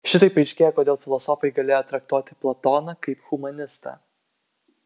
šitaip aiškėja kodėl filosofai galėjo traktuoti platoną kaip humanistą